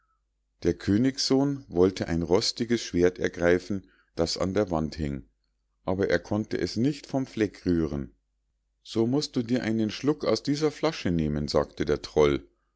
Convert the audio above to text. der königssohn wollte ein rostiges schwert ergreifen das an der wand hing aber er konnte es nicht vom fleck rühren so musst du dir einen schluck aus dieser flasche nehmen sagte der troll